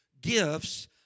gifts